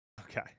Okay